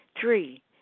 Three